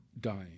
dying